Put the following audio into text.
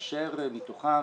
כאשר מתוכן,